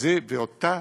וזה באותה